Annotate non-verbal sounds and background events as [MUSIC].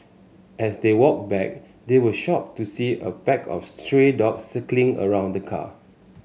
as they walked back they were shocked to see a pack of stray dogs [UNINTELLIGIBLE] around the car